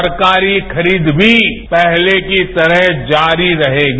सरकारी खरीद भी पहले की तरह जारी रहेगी